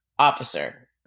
Officer